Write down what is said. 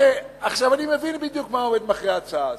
עכשיו אני מבין בדיוק מה עומד מאחורי ההצעה הזאת.